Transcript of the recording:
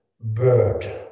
bird